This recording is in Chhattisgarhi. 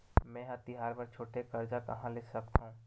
मेंहा तिहार बर छोटे कर्जा कहाँ ले सकथव?